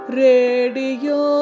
radio